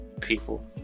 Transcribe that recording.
people